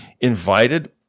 invited